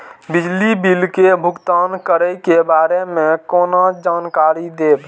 बिजली बिल के भुगतान करै के बारे में केना जानकारी देब?